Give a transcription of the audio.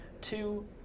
Two